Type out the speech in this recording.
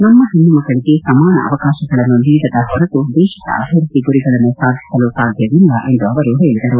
ನಮ್ಮ ಹೆಣ್ಣು ಮಕ್ಕಳಿಗೆ ಸಮಾನ ಅವಕಾಶಗಳನ್ನು ನೀಡದ ಹೊರತು ದೇಶದ ಅಭಿವೃದ್ದಿ ಗುರಿಗಳನ್ನು ಸಾಧಿಸಲು ಸಾಧ್ಯವಿಲ್ಲ ಎಂದು ಅವರು ಹೇಳಿದರು